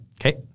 Okay